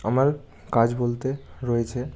আমার কাজ বলতে রয়েছে